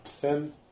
ten